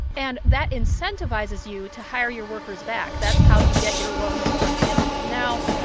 and that incentivizes you to hire your workers back. that's how you get your loans forgiven now,